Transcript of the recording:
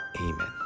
Amen